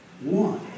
one